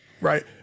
Right